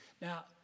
Now